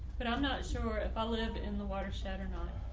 but i'm not sure if i live in the watershed or not.